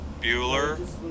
Bueller